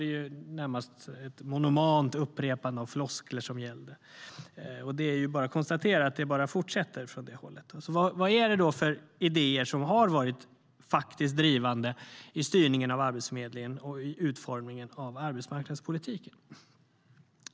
Det var närmast ett monomant upprepande av floskler som gällde, och det är bara att konstatera att detta fortsätter. Vad är det då för idéer som faktiskt har varit drivande i styrningen av Arbetsförmedlingen och utformningen av arbetsmarknadspolitiken?